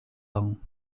ans